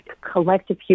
collective